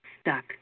stuck